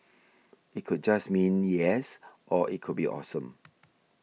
it could just mean yes or it could be awesome